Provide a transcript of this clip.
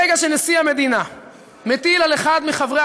ברגע שנשיא המדינה מטיל על אחד מחברי